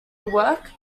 work